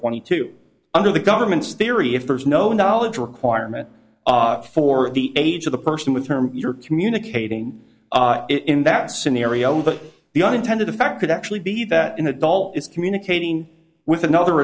twenty two under the government's theory if there is no knowledge requirement for the age of the person with term you're communicating it in that scenario but the unintended effect could actually be that an adult is communicating with another